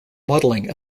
modelling